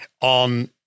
on